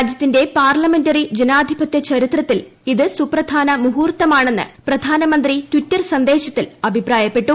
രാജ്യത്തിന്റെ പാർലമെന്ററി ജനാധിപത്യ ചരിത്രത്തിൽ ഇത് സുപ്രധാന മുഹൂർത്തമാണെന്ന് പ്രധാനമന്ത്രി ട്വിറ്റർ സന്ദേശത്തിൽ അഭിപ്രായപ്പെട്ടു